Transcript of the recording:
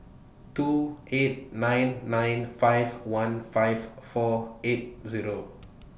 two eight nine nine five one five four eight Zero